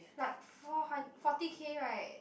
like four hundred forty K right